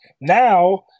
Now